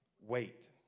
wait